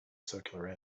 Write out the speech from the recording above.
circular